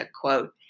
quote